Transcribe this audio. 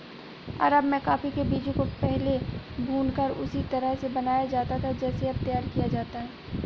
अरब में कॉफी के बीजों को पहले भूनकर उसी तरह से बनाया जाता था जैसे अब तैयार किया जाता है